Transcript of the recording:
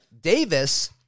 Davis